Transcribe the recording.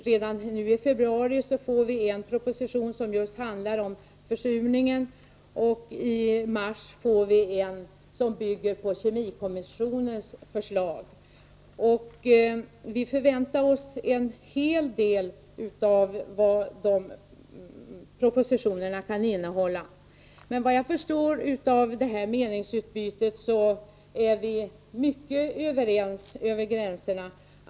Redan nu i februari får vi en proposition som just handlar om försurningen, och i mars får vi en som bygger på kemikommissionens förslag. Vi väntar oss en hel del av vad de propositionerna kan innehålla. Vad jag förstår av det här meningsutbytet är vi mycket överens över gränserna.